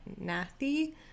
Nathy